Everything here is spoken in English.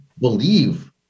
believe